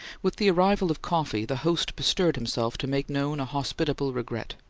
with the arrival of coffee, the host bestirred himself to make known a hospitable regret,